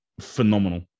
phenomenal